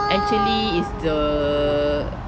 actually is the